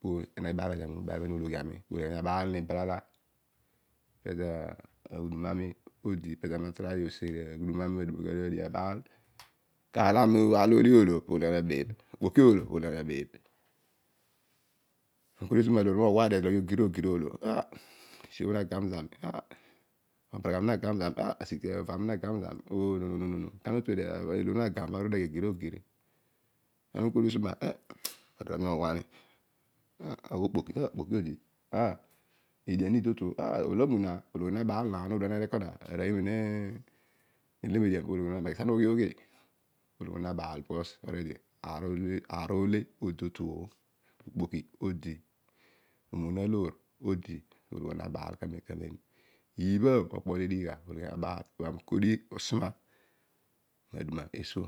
po obho nebaal manigha mologhi ologhi anii abaal ni balala. pezo aghudum ami odi ezo ami utry oseeri aghu dum ami adio abaal kaar lo ole oolo pologhi ami nabeebh. Ami usoma aloor ami na agam zani ezo oghi ogir ogir oolo esi obho na gam zamiah. obnaka ami nagam zami ah, aloor o nagam ana oruedio aghi agir ogir. Ana ukodi usuma okpoki odigh ah. edian idi to otu. ologhi na abaal na. ana udua na ni aroiy obho idi to otu obho teleni median. kesi kesi olo ana ughi ughi ologhi onuma na baal aar ole odi totuo. okpoki odi. omoon aloor odi ologhi oiy na baal kamem kaniem iibha pokpo lo nedighi gha ologhi ami nabaal ibha ami ukodi usuma niaduma esuo